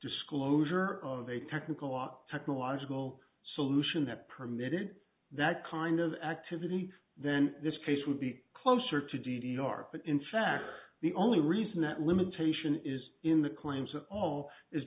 disclosure of a technical or technological solution that permitted that kind of activity then this case would be closer to d d r but in fact the only reason that limitation is in the claims